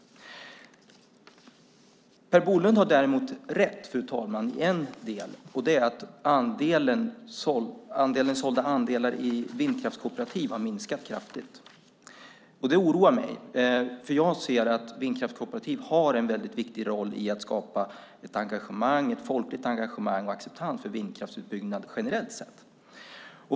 Per Bolund har däremot rätt i en del, och det är att antalet sålda andelar i vindkraftskooperativ har minskat kraftigt. Det oroar mig. Jag anser att vindkraftskooperativ har en väldigt viktig roll för att skapa ett folkligt engagemang och en acceptans för vindkraftsutbyggnad generellt sett.